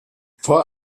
vor